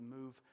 move